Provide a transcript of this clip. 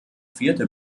vierte